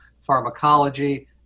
pharmacology